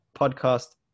podcast